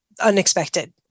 unexpected